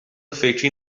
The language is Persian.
فکری